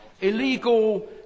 illegal